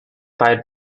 fire